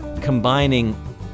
combining